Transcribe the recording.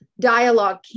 dialogue